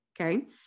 okay